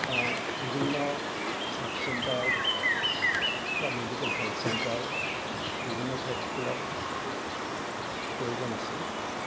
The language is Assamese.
বিভিন্ন চাব চেণ্টাৰ বা মেডিকেল হেলথ চেণ্টাৰ বিভিন্ন ঠাইত খোলাৰ প্ৰয়োজন আছে